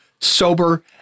sober